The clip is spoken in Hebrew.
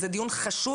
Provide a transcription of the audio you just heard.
זה דיון חשוב,